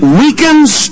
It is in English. weakens